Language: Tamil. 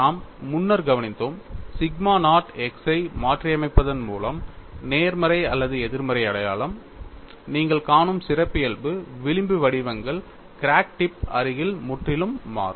நாம் முன்னர் கவனித்தோம் சிக்மா நாட் x ஐ மாற்றியமைப்பதன் மூலம் நேர்மறை அல்லது எதிர்மறை அடையாளம் நீங்கள் காணும் சிறப்பியல்பு விளிம்பு வடிவங்கள் கிராக் டிப் அருகில் முற்றிலும் மாறும்